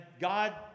God